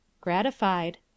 Gratified